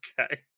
Okay